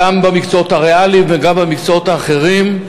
וגם במקצועות הריאליים ובמקצועות האחרים.